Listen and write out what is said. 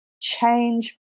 change